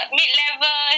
mid-level